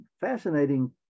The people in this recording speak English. fascinating